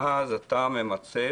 אז אתה ממצב,